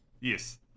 Yes